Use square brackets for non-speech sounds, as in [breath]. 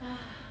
[breath]